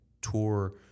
tour